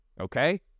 Okay